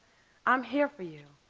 i'm here for you.